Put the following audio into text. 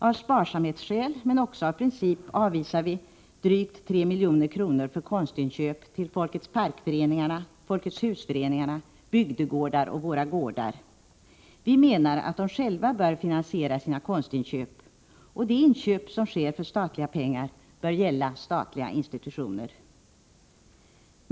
Av sparsamhetsskäl men också av princip avvisar vi förslaget om drygt 3 milj.kr. för konstinköp till Folkparkerna, Folkets Hus-föreningar, Bygdegårdar och Våra Gårdar. Vi menar att de själva bör finansiera sina konstinköp. De inköp som sker för statliga pengar bör gälla statliga institutioner.